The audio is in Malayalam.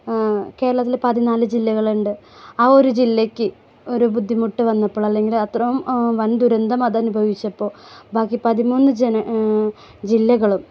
കേരളത്തിൽ പതിനാല് ജില്ലകളുണ്ട് ആ ഒരു ജില്ലക്ക് ഒരു ബുദ്ധിമുട്ട് വന്നപ്പോൾ അല്ലെങ്കിൽ അത്തരം വൻ ദുരന്തം അത് അനുഭവിച്ചപ്പോൾ ബാക്കി പതിമൂന്ന് ജില്ലകളും